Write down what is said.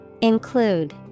Include